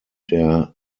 der